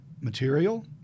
Material